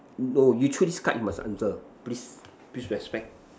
no you choose this card you must answer please please respect